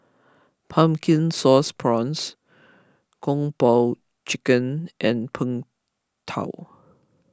Pumpkin Sauce Prawns Kung Po Chicken and Png Tao